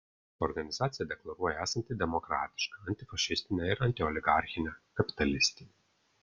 organizacija deklaruoja esanti demokratiška antifašistinė ir antioligarchinė kapitalistinė